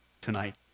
tonight